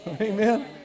Amen